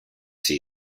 see